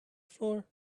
floor